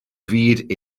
fyd